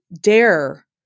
Dare